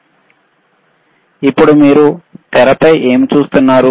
ఇప్పుడు మీరు తెరపై ఏమి చూస్తున్నారు